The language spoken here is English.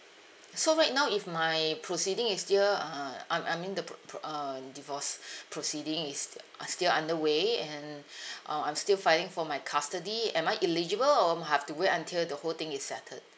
so right now if my proceeding is still uh I I mean the pr~ pr~ uh divorce proceeding is uh still underway and uh I'm still fighting for my custody am I eligible or mm I've to wait until the whole thing is settled